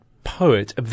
Poet